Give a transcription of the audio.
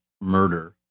murder